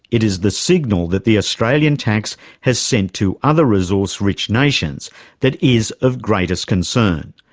it is the signal that the australian tax has sent to other resource-rich nations that is of greatest concern.